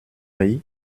riz